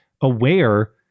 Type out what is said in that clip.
aware